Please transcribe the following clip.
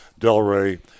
Delray